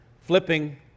flipping